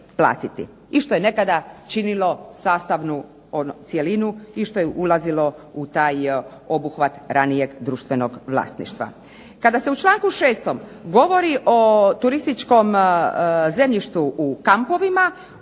i što je nekada činilo sastavnu cjelinu i što je ulazilo u taj obuhvat ranijeg društvenog vlasništva. Kada se u članku 6. govori o turističkom zemljištu u kampovima